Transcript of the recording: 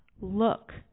look